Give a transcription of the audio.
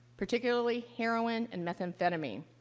particularly heroin and methamphetamine.